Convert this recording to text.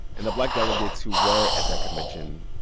and the black delegates who were at that convention,